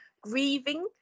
grieving